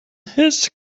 his